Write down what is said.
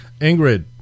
ingrid